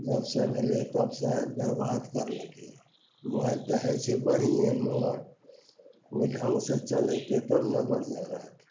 जबसे भेलै तबसे बेरबाद करलकै मोबाइल तऽ होइ छै बढ़िएँ मगर ओहि ढङ्गसे चलेतै तब ने बढ़िआँ रहतै